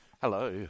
Hello